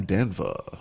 Denver